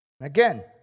again